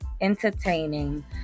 entertaining